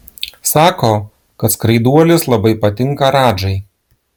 sako kad skraiduolis labai patinka radžai